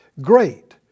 great